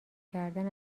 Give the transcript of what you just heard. کردن